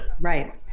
right